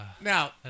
Now